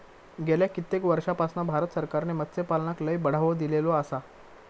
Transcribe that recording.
गेल्या कित्येक वर्षापासना भारत सरकारने मत्स्यपालनाक लय बढावो दिलेलो आसा